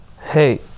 Hey